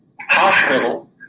hospital